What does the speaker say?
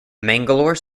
mangalore